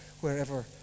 wherever